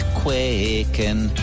quaking